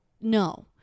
No